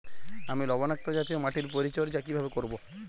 আমি লবণাক্ত জাতীয় মাটির পরিচর্যা কিভাবে করব?